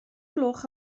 gloch